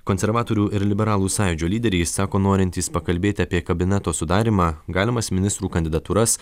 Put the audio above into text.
konservatorių ir liberalų sąjūdžio lyderiai sako norintys pakalbėti apie kabineto sudarymą galimas ministrų kandidatūras